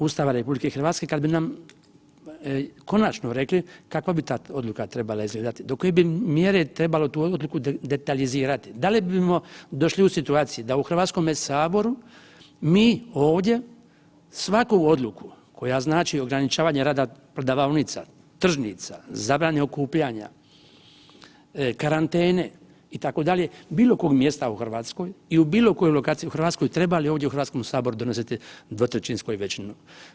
Ustava RH kada bi nam konačno rekli kakva bi ta odluka trebala izgledati, do koje bi mjere trebalo tu odluku detaljizirati, da li bimo došli u situaciju da u Hrvatskome saboru, mi ovdje svaku odluku koja znači ograničavanje rada prodavaonica, tržnica, zabrane okupljanja, karantene itd. bilo kog mjesta u Hrvatskoj i u bilo kojoj lokaciji u Hrvatskoj treba li ovdje u Hrvatskom saboru donositi 2/3 većinom.